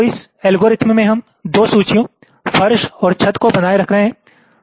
तो इस एल्गोरिथ्म में हम 2 सूचियों फर्श और छत को बनाए रख रहे हैं